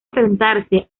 enfrentarse